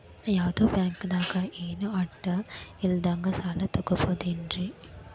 ಯಾವ್ದೋ ಬ್ಯಾಂಕ್ ದಾಗ ಏನು ಅಡ ಇಲ್ಲದಂಗ ಸಾಲ ತಗೋಬಹುದೇನ್ರಿ?